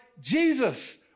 Jesus